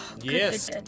Yes